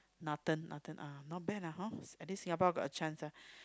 Nathan Nathan ah not bad ah hor at least Singapore Got a chance lah